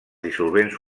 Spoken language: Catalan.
dissolvents